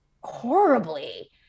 horribly